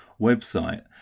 website